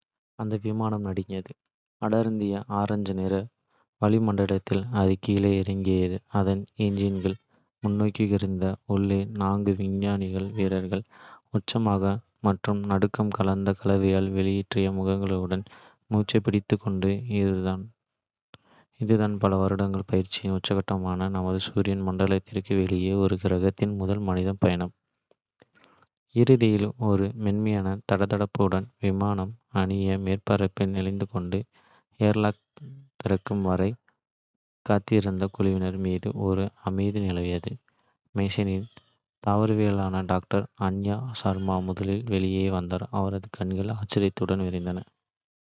அந்த விமானம் நடுங்கியது, அடர்த்தியான, ஆரஞ்சு நிற வளிமண்டலத்தில் அது கீழே இறங்குகையில் அதன் என்ஜின்கள் முனகிக்கொண்டிருந்தன. உள்ளே, நான்கு விண்வெளி வீரர்கள். உற்சாகம் மற்றும் நடுக்கம் கலந்த கலவையால் வெளிறிய முகங்களுடன், மூச்சைப் பிடித்துக் கொண்டனர். இதுதான் - பல வருட பயிற்சியின் உச்சக்கட்டம், நமது சூரிய மண்டலத்திற்கு. வெளியே ஒரு கிரகத்திற்கு முதல் மனிதன் பயணம். இறுதியில், ஒரு மென்மையான தடதடப்புடன், விமானம் அன்னிய மேற்பரப்பில் நிலைகொண்டது. ஏர்லாக் திறக்கும் வரை காத்திருந்த குழுவினர் மீது ஒரு அமைதி நிலவியது. மிஷனின் தாவரவியலாளரான டாக்டர் அன்யா ஷர்மா முதலில் வெளியே வந்தார், அவரது கண்கள் ஆச்சரியத்தால் விரிந்தன.